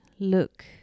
look